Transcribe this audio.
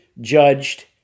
judged